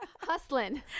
hustling